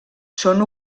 són